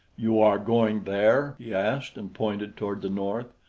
you are going there? he asked, and pointed toward the north.